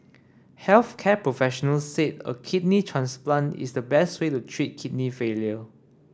health care professionals said a kidney transplant is the best way to treat kidney failure